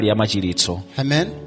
Amen